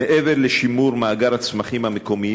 מעבר לשימור מאגר הצמחים המקומיים,